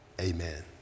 amen